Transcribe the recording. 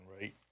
right